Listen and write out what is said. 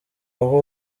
aho